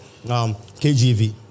KGV